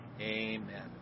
Amen